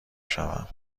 شوم